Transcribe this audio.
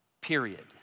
period